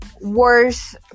worse